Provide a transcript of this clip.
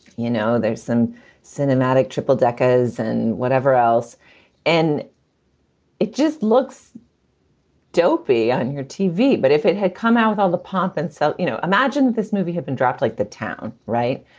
you know, there's some cinematic triple deckers and whatever else and it just looks dopey on your tv but if it had come out with all the pomp and so, you know, imagine this movie had been dropped like the town, right?